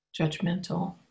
judgmental